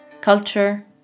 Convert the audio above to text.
culture